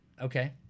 Okay